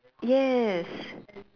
yes